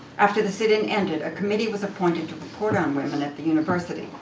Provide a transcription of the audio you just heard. after the sit-in ended, a committee was appointed to report on women at the university.